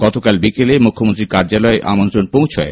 গতকাল বিকেলে মুখ্যমন্ত্রীর কার্যালয়ে ঐ আমন্ত্রণ পৌঁছয়